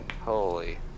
Holy